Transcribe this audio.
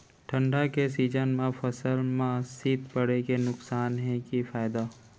ठंडा के सीजन मा फसल मा शीत पड़े के नुकसान हे कि फायदा?